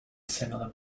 similar